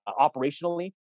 operationally